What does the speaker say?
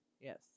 Yes